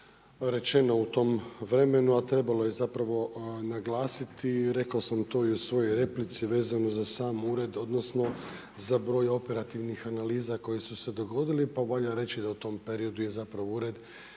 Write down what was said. rečeno u tom vremenu, a trebalo je zapravo naglasiti, rekao sam to i u svojoj replici, vezano za sam ured, odnosno za broj operativnih analiza koje su se dogodili. Pa valja reći da u tom periodu je zapravo ured